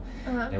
(uh huh)